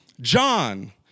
John